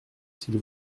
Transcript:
s’il